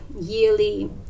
yearly